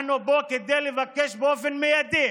אנחנו פה כדי לבקש באופן מיידי